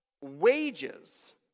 wages